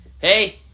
Hey